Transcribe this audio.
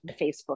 Facebook